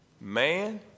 man